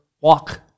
Walk